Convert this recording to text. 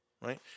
right